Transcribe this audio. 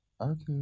Okay